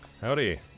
Howdy